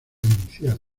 inicial